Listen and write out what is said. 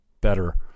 better